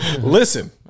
Listen